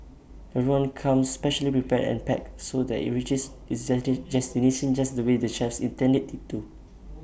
everyone comes specially prepared and packed so that IT reaches its destination just the way the chefs intend IT to